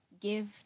give